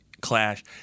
clash